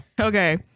Okay